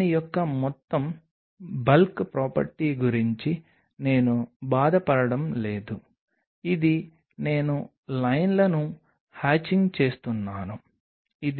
మేము మొదట ఈ విధంగా కొనసాగుతాము మీరు ఉపరితలాన్ని విశ్లేషించడానికి AFM అటామిక్